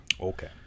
Okay